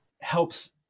helps